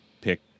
pick